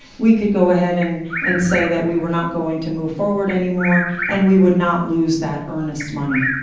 we could go ahead and and say that we were not going to move forward anymore, and we would not lose that earnest money.